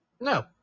No